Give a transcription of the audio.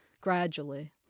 gradually